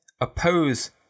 oppose